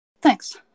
Thanks